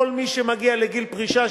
כל מי שמגיע לגיל פרישה,